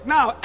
Now